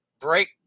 break